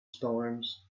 storms